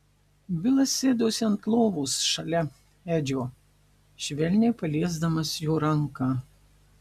bilas sėdosi ant lovos šalia edžio švelniai paliesdamas jo ranką